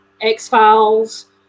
X-Files